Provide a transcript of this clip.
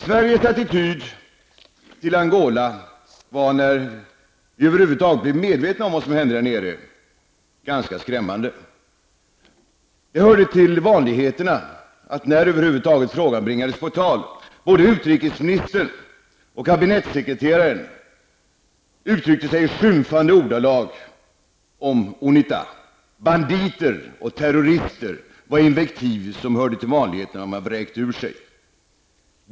Sveriges attityd till Angola var när vi över huvud taget blev medvetna om vad som hände där nere ganska skrämmande. Det hörde till vanligheterna att både utrikesministern och kabinettsekreteraren, när frågan över huvud taget bringades på tal, uttryckte sig i skymfande ordalag om Unita -- banditer och terrorister var invektiv som hörde till de vanligheter som man vräkte ur sig.